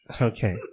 Okay